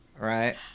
Right